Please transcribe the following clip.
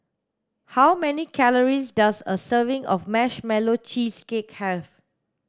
how many calories does a serving of marshmallow cheesecake have